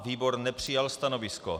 Výbor nepřijal stanovisko.